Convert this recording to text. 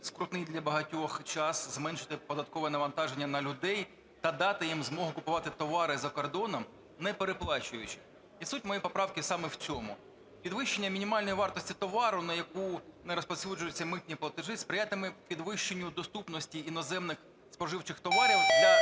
скрутний для багатьох час зменшити податкове навантаження на людей та дати їм змогу купувати товари за кордоном, не переплачуючи. І суть моєї поправки саме в цьому. Підвищення мінімальної вартості товару, на яку не розповсюджуються митні платежі, сприятиме підвищенню доступності іноземних споживчих товарів для